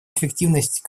эффективность